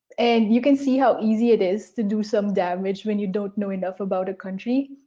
and you can see how easy it is to do some damage when you don't know enough about a country.